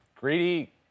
Greedy